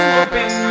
open